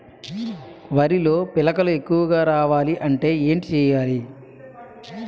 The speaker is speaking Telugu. వరిలో పిలకలు ఎక్కువుగా రావాలి అంటే ఏంటి చేయాలి?